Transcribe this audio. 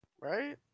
Right